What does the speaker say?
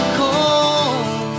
cold